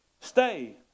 stay